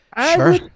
Sure